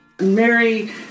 Mary